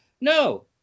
No